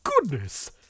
goodness